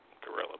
Gorilla